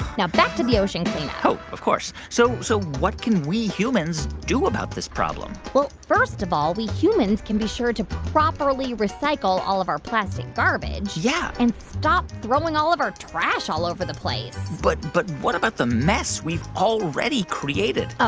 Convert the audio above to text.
now back to the ocean cleanup oh, of course. so so what can we humans do about this problem? well, first of all, we humans can be sure to properly recycle all of our plastic garbage. yeah. and stop throwing all of our trash all over the place but but what about the mess we've already created? ah